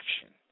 action